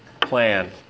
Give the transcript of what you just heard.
plan